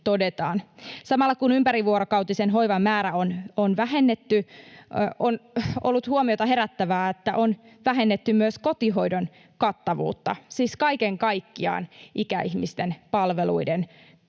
Samalla kun ympärivuorokautisen hoivan määrää on vähennetty, on ollut huomiota herättävää, että on vähennetty myös kotihoidon kattavuutta, siis kaiken kaikkiaan ikäihmisten palveluiden